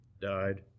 died